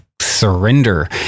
surrender